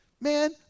man